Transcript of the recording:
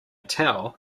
towel